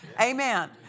Amen